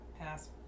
Pass